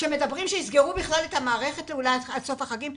כשמדברים בכלל את מערכת עד סוף החגים?